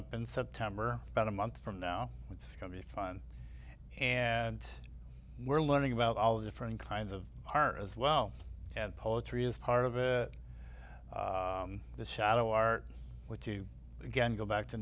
up in september about a month from now it's going to be fun and we're learning about all different kinds of our as well and poetry is part of it the shadow art which you again go back to